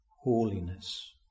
holiness